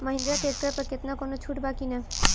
Mahindra tractor पर केतना कौनो छूट बा कि ना?